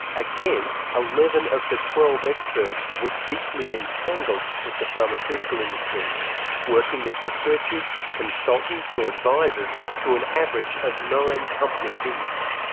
again eleven of the twelve experts were deeply entangled with the pharmaceutical industry working as researchers, consultants or advisors to an average of nine companies each.